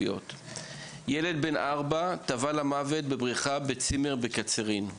ילד בן 4 טבע למוות בבריכה בצימר בקצרין,